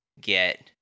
get